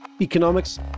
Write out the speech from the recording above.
economics